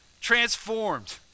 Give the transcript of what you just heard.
transformed